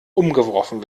umgeworfen